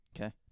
Okay